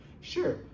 Sure